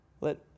Let